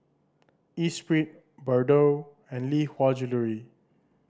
Espirit Bardot and Lee Hwa Jewellery